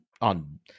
on